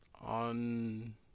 on